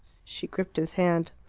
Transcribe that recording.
she gripped his hand.